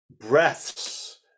breaths